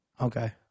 Okay